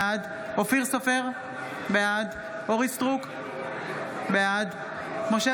בעד אופיר סופר, בעד אורית מלכה סטרוק, בעד משה